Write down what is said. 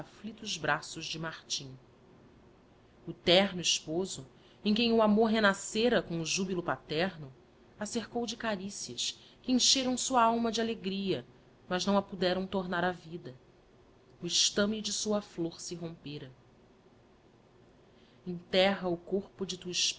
braços de martim o terno esposo em quem o amor renascera com o jubilo paterno a cercou de caricias que encheram sua alma de alegria mas não a poderara tornar á vida o estame de sua flor se rompera enterra o corpo de tua